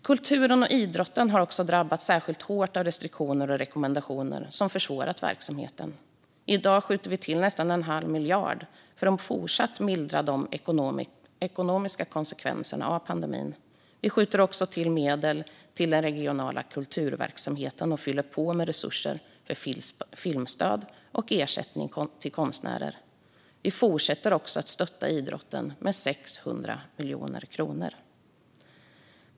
Kulturen och idrotten har också drabbats särskilt hårt av restriktioner och rekommendationer som försvårat verksamheten. I dag skjuter vi till nästan en halv miljard för att fortsatt mildra de ekonomiska konsekvenserna av pandemin. Vi skjuter också till medel till den regionala kulturverksamheten och fyller på med resurser för filmstöd och ersättning till konstnärer. Vi fortsätter också att stötta idrotten med 600 miljoner kronor.